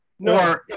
No